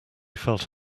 felt